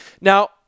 Now